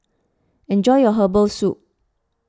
enjoy your Herbal Soup